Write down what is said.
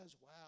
wow